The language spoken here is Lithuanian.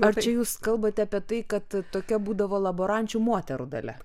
ar čia jūs kalbate apie tai kad tokia būdavo laborančių moterų dalia